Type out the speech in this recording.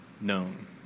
known